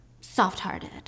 Soft-hearted